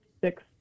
six